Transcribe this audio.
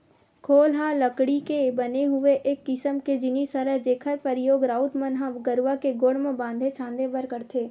खोल ह लकड़ी के बने हुए एक किसम के जिनिस हरय जेखर परियोग राउत मन ह गरूवा के गोड़ म बांधे छांदे बर करथे